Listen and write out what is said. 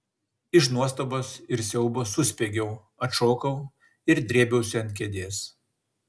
iš nuostabos ir siaubo suspiegiau atšokau ir drėbiausi ant kėdės